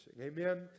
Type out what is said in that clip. Amen